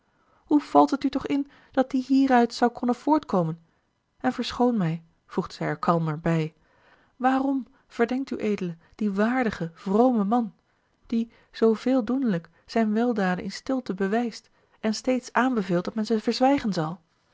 hoe valt het u toch in dat die hieruit zou konnen voortkomen en verschoon mij voegde zij er kalmer bij waarom verdenkt ued dien waardigen vromen man die zooveel doenlijk zijne weldaden in stilte bewijst en steeds aanbeveelt dat men ze verzwijgen zal